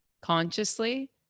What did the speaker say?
consciously